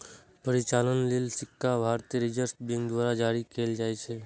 परिचालन लेल सिक्का भारतीय रिजर्व बैंक द्वारा जारी कैल जाइ छै